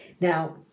Now